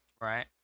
Right